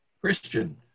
Christian